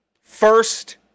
first